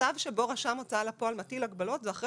מצב שבו רשם הוצאה לפועל מטיל הגבלות זה אחרי